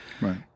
Right